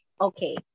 Okay